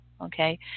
Okay